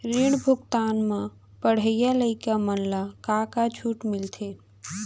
ऋण भुगतान म पढ़इया लइका मन ला का का छूट मिलथे?